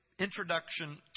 Introduction